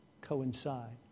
coincide